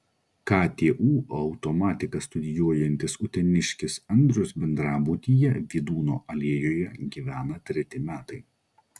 ktu automatiką studijuojantis uteniškis andrius bendrabutyje vydūno alėjoje gyvena treti metai